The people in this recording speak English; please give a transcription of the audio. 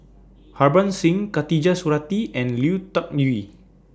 Harbans Singh Khatijah Surattee and Lui Tuck Yew